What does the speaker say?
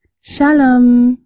Shalom